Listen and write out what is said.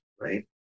Right